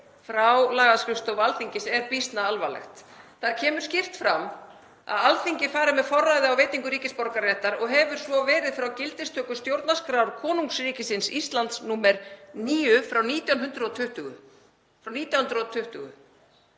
frá lagaskrifstofu Alþingis er býsna alvarlegt. Þar kemur skýrt fram að Alþingi fari með forræði á veitingu ríkisborgararéttar og hefur svo verið frá gildistöku stjórnarskrár konungsríkisins Íslands, nr. 9/1920.